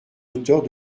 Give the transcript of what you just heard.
auteurs